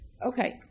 Okay